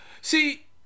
See